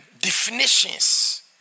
definitions